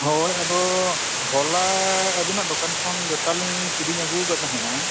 ᱦᱳᱭ ᱟᱫᱚ ᱦᱚᱞᱟ ᱟᱹᱵᱤᱱᱟᱜ ᱫᱚᱠᱟᱱ ᱠᱷᱚᱱ ᱡᱩᱛᱟᱞᱤᱧ ᱠᱤᱨᱤᱧ ᱟᱹᱜᱩ ᱠᱟᱜ ᱛᱟᱦᱮᱸᱜᱼᱟ